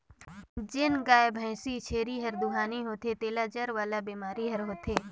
जेन गाय, भइसी, छेरी हर दुहानी होथे तेला जर वाला बेमारी हर होथे